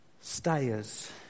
stayers